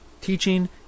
teaching